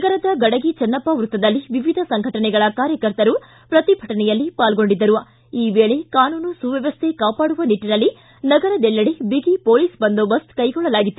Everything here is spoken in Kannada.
ನಗರದ ಗಡಗಿ ಚೆನ್ನಪ್ಪ ವ್ಯಕ್ತದಲ್ಲಿ ವಿವಿಧ ಸಂಘಟನೆಗಳ ಕಾರ್ಯಕರ್ತರು ಪ್ರತಿಭಟನೆಯಲ್ಲಿ ಪಾಲ್ಗೊಂಡಿದ್ದರು ಈ ವೇಳೆ ಕಾನೂನು ಸುವ್ಯವಸ್ಥೆ ಕಾಪಾಡುವ ನಿಟ್ಟನಲ್ಲಿ ನಗರದಲ್ಲೆಡೆ ಬಿಗಿ ಪೊಲೀಸ್ ಬಂದೋಬಸ್ತ್ ಕೈಗೂಳ್ಳಲಾಗಿತ್ತು